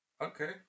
Okay